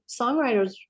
songwriters